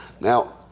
Now